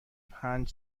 پنج